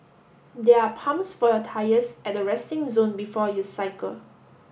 there are pumps for your tyres at the resting zone before you cycle